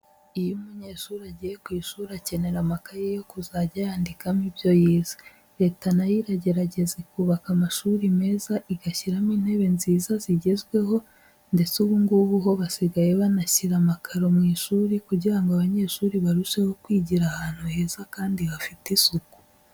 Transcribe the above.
Iyo umunyeshuri agiye ku ishuri akenera amakayi yo kuzajya yandikamo ibyo yize. Leta na yo iragerageza ikubaka amashuri meza, igashyiramo intebe inziza zigezweho, ndetse ubu ngubu ho basigaye banashyira amakaro mu ishuri kugira ngo abanyeshuri barusheho kwigira ahantu heza kandi hafite isuku.